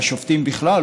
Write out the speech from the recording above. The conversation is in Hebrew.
והשופטים בכלל,